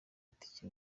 itike